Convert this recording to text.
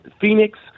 Phoenix